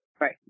Right